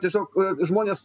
tiesiog žmonės